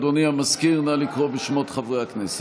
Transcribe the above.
אדוני המזכיר, נא לקרוא בשמות חברי הכנסת.